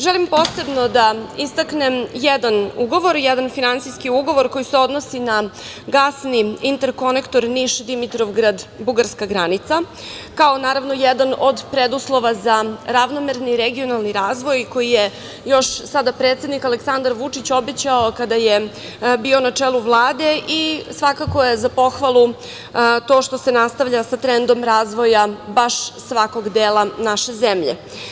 Želim posebno da istaknem jedan ugovor, jedan finansijski ugovor koji se odnosi na gasni interkonektor Niš – Dimitrovgrad – bugarska granica, kao naravno jedan od preduslova za ravnomerni regionalni razvoj koji je još sada predsednik Aleksandar Vučić obećao kada je bio na čelu Vlade i svakako je za pohvalu to što se nastavlja sa trendom razvoja baš svakog dela naše zemlje.